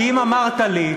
כי אם אמרת לי,